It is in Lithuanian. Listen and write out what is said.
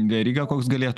veryga koks galėtų